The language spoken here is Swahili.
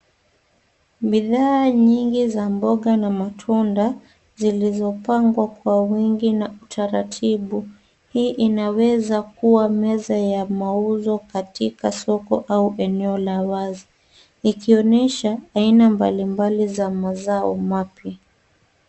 Bidhaa nyingi za mboga na matunda zilizopangwa kwa wingi na utaratibu. Hii inaweza kuwa meza ya mauzo katika soko au eneo la wazi ikionyesha aina mbalimbali za mazao mapya.